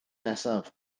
nesaf